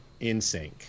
InSync